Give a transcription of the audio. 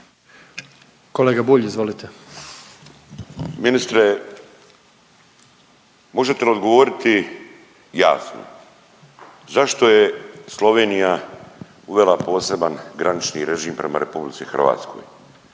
**Bulj, Miro (MOST)** Ministre, možete li odgovoriti jasno, zašto je Slovenija uvela poseban granični režim prema RH? Zašto